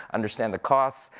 understand the cost,